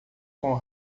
com